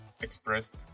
expressed